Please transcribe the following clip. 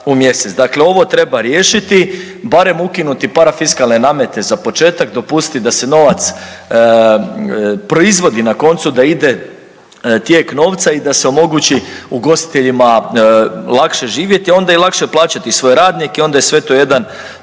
Dakle, ovo treba riješiti, barem ukinuti parafiskalne namete za početak, dopustit da se novac proizvodi na koncu, da ide tijek novca i da se omogući ugostiteljima lakše živjeti, a onda i lakše plaćati svoje radnike, a onda je sve to jedan